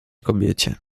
kobiecie